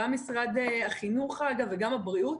גם משרד החינוך וגם משרד הבריאות,